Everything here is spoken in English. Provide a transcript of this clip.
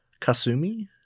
kasumi